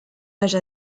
l’âge